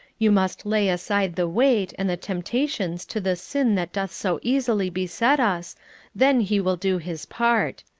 you must lay aside the weight, and the temptations to the sin that doth so easily beset us then he will do his part.